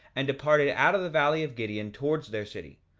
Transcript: and departed out of the valley of gideon towards their city,